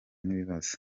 n’ibibazo